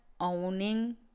owning